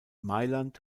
mailand